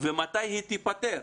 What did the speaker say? ומתי היא תיפתר.